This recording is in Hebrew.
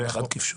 פה אחד כפשוטו.